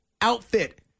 outfit